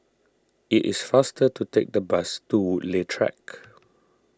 it is faster to take the bus to Woodleigh Track